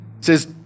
says